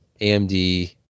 AMD